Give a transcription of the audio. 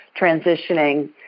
transitioning